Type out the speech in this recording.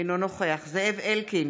אינו נוכח זאב אלקין,